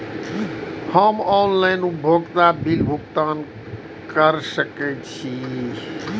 हम ऑनलाइन उपभोगता बिल भुगतान कर सकैछी?